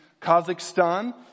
Kazakhstan